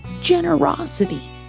generosity